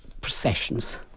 processions